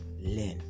learn